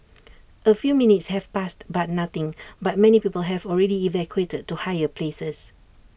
A few minutes have passed but nothing but many people have already evacuated to higher places